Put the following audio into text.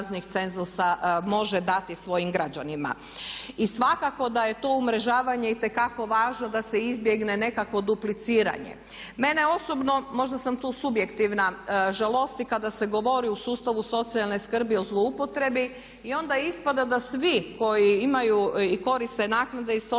može dati svojim građanima. I svakako da je to umrežavanje itekako važno da se izbjegne nekakvo dupliciranje. Mene osobno možda sam tu subjektivna žalosti kada se govori u sustavu socijalne skrbi o zloupotrebi i onda ispada da svi koji imaju i koriste naknade iz socijalne